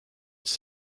its